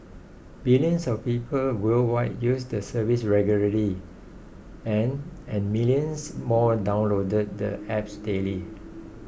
billions of people worldwide use the service regularly and and millions more download the apps daily